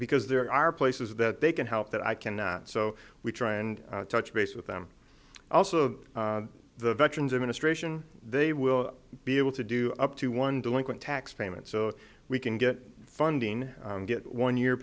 because there are places that they can help that i can so we try and touch base with them also the veterans administration they will be able to do up to one delinquent tax payment so we can get funding and get one year